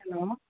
hello